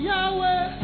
Yahweh